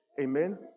Amen